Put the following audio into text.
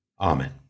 Amen